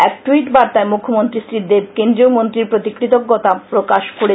এক ট্যুইট বার্তায় মুখ্যমন্ত্রী শ্রীদেব কেন্দ্রীয় মন্ত্রীর প্রতি কৃতজ্ঞতা প্রকাশ করেছেন